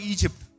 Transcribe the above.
Egypt